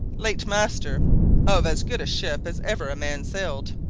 late master of as good a ship as ever a man sailed.